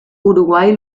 uruguay